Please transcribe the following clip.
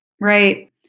Right